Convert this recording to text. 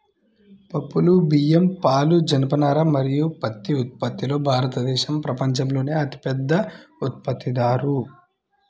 పప్పులు, బియ్యం, పాలు, జనపనార మరియు పత్తి ఉత్పత్తిలో భారతదేశం ప్రపంచంలోనే అతిపెద్ద ఉత్పత్తిదారు